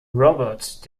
robert